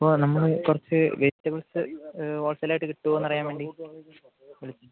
അപ്പം നമ്മള് കുറച്ച് വെജിറ്റബിൾസ് ഹോൾസെയിൽ ആയിട്ട് കിട്ടുവോന്നു അറിയാൻ വേണ്ടി വിളിച്ച